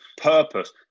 purpose